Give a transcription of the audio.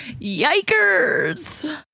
Yikers